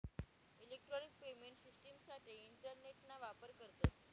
electronic payment शिश्टिमसाठे इंटरनेटना वापर करतस